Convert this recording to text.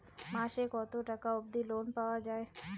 মাসে কত টাকা অবধি লোন পাওয়া য়ায়?